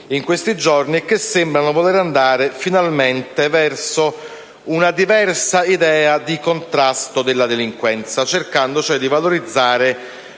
in questi giorni e che sembrano voler andare finalmente verso una diversa idea di contrasto della delinquenza, cercando cioè di valorizzare